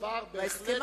זה דבר בהחלט,